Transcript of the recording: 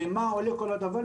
לכמה עולה כל הדבר.